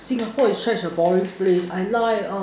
Singapore is such a boring place I like uh